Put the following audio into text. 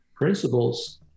principles